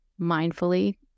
mindfully